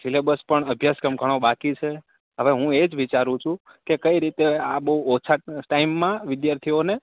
syllabus પણ અભ્યાસક્રમ પણ ઘણો બાકી છે હવે હું એજ વિચારું છું કે કઈ રીતે આ બહુ ઓછા ટાઇમમાં વિદ્યાર્થીઓને